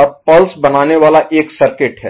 और पल्स बनाने वाला एक सर्किट है